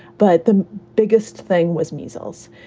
but the biggest thing was measles.